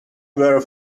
were